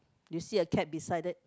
you see a cat beside that